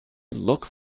look